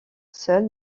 seul